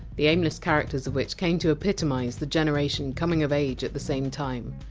the aimless characters of which came to epitomise the generation coming of age at the same time.